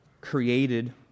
Created